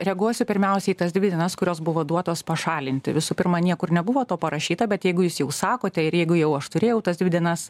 reaguosiu pirmiausiai į tas dvi dienas kurios buvo duotos pašalinti visų pirma niekur nebuvo to parašyta bet jeigu jūs jau sakote ir jeigu jau aš turėjau tas dvi dienas